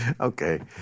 okay